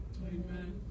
Amen